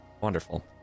Wonderful